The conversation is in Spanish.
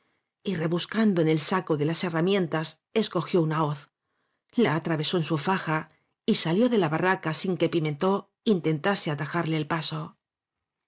o y rebuscando en el saco de las herramientas escogió una hoz la atravesó en su faja y salió de la barraca sin que pimentó intentase atajarle el paso